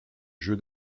jeu